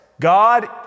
God